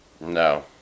No